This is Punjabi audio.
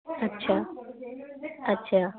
ਅੱਛਾ ਅੱਛਾ